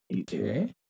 Okay